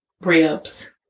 ribs